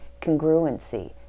congruency